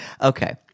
okay